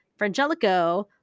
Frangelico